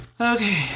Okay